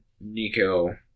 Nico